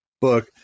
book